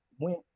went